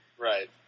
Right